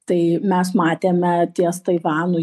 tai mes matėme ties taivanu